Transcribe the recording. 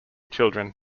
children